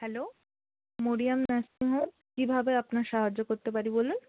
hello Mariam nursing home কীভাবে আপনার সাহায্য করতে পারি বলুন